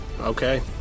Okay